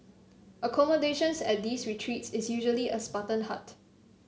accommodation at these retreats is usually a spartan hut